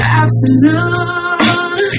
absolute